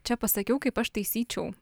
čia pasakiau kaip aš taisyčiau